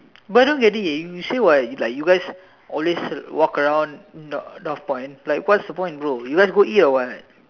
but I don't get it you say what like you guys always walk around nor Northpoint like what's the point bro you guys go eat or what